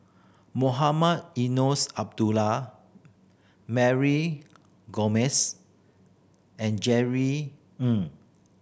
Mohamed Eunos Abdullah Mary Gomes and Jerry Ng